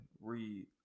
read